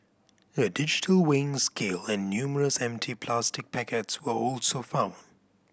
a digital weighing scale and numerous empty plastic packets were also found